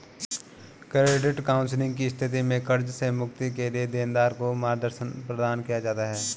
credit counselling की स्थिति में कर्ज से मुक्ति के लिए देनदार को मार्गदर्शन प्रदान किया जाता है